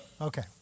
Okay